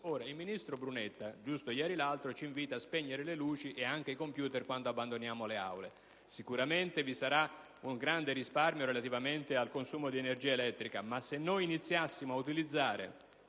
Il ministro Brunetta proprio l'altro ieri ci ha invitato a spengere le luci e i computer quando abbandoniamo le Aule. Sicuramente vi sarà un grande risparmio relativamente al consumo di energia elettrica, ma se iniziassimo ad utilizzare